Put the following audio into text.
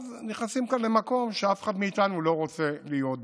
כי אז נכנסים כאן למקום שאף אחד מאיתנו לא רוצה להיות בו.